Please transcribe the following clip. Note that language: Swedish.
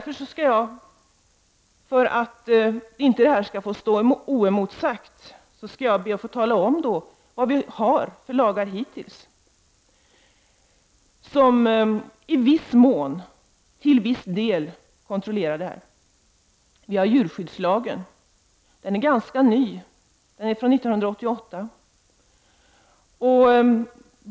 För att detta inte skall stå oemotsagt skall jag be att få tala om vilka lagar som i viss mån kontrollerar detta område. Vi har djurskyddslagen från 1988.